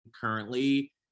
currently